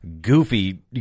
goofy